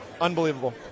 Unbelievable